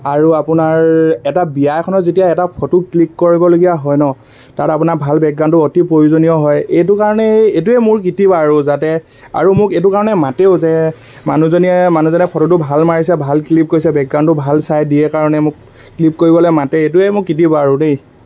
আৰু আপোনাৰ এটা বিয়া এখনত যেতিয়া এটা ফটো ক্লিক কৰিবলগীয়া হয় ন তাত আপোনাৰ ভাল বেকগ্ৰাউণ্ডটো অতি প্ৰয়োজনীয় হয় এইটো কাৰণে এই এইটোৱে মোৰ কিতিপ আৰু যাতে আৰু মোক এইটো কাৰণে মাতেও যে মানুহজনীয়ে মানুহজনে ফটোটো ভাল মাৰিছে ভাল ক্লিক কৰিছে বেকগ্ৰাউণ্ডটো ভাল চাই দিয়ে কাৰণে মোক ক্লিক কৰিবলৈ মাতে এইটোৱে মোক কিতিপ আৰু দেই